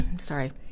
sorry